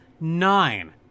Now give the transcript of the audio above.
nine